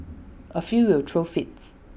A few will throw fits